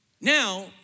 Now